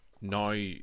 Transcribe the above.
now